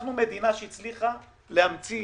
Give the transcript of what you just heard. אנחנו מדינה שהצליחה להמציא